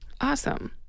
Awesome